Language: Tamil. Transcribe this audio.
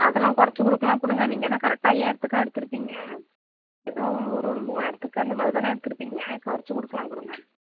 அதெல்லாம் குறச்சி கொடுக்கலாம் கொடுங்க நீங்கள் என்ன கரெக்டாக ஐயாயிரத்துக்கா எடுத்துருப்பீங்க ஏதோ ஒரு மூவாயிரதுக்கு அந்த மாதிரி தான எடுத்துருப்பீங்க குறச்சி கொடுக்கலாம் கொடுங்க